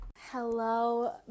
Hello